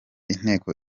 inteko